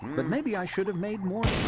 but maybe i should've made more